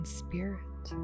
spirit